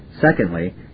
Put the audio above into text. secondly